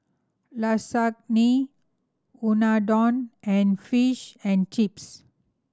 Lasagne Unadon and Fish and Chips